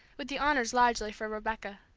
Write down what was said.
with the honors largely for rebecca.